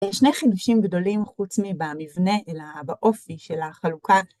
שני חידושים גדולים, חוץ מבמבנה אלא באופי של החלוקה.